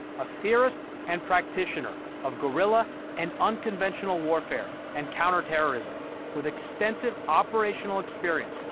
a theorist and practitioner of guerrilla and unconventional warfare, and counterterrorism with extensive operational experience,